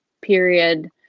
period